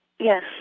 Yes